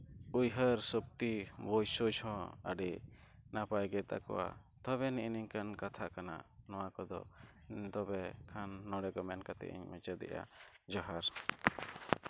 ᱩᱭᱦᱟᱹᱨ ᱥᱚᱠᱛᱤ ᱵᱩᱡᱽᱼᱥᱩᱡᱽ ᱦᱚᱸ ᱟᱹᱰᱤ ᱱᱟᱯᱟᱭ ᱜᱮᱛᱟᱠᱚᱣᱟ ᱛᱚᱵᱮ ᱱᱮᱜᱼᱮ ᱱᱤᱝᱠᱟᱹᱱ ᱠᱟᱛᱷᱟ ᱠᱟᱱᱟ ᱱᱚᱣᱟ ᱠᱚᱫᱚ ᱛᱚᱵᱮ ᱠᱷᱟᱱ ᱱᱚᱸᱰᱮᱜᱮ ᱢᱮᱱ ᱠᱟᱛᱮᱫ ᱤᱧ ᱢᱩᱪᱟᱹᱫᱮᱜᱼᱟ ᱡᱚᱦᱟᱨ